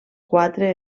quatre